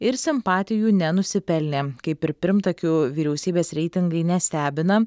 ir simpatijų nenusipelnė kaip ir pirmtakių vyriausybės reitingai nestebina